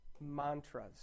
mantras